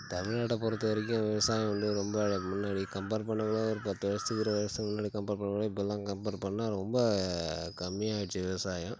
தமிழ்நாட்டை பொறுத்த வரைக்கும் விவசாயம் வந்து ரொம்ப அழ முன்னாடி கம்பேர் பண்ணலாம் ஒரு பத்து வருஷத்துக்கு இருவது வருஷத்துக்கு முன்னாடி கம்பேர் பண்ணோம்னா இப்போல்லாம் கம்பேர் பண்ணால் ரொம்ப கம்மியாடுச்சு விவசாயம்